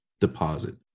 deposit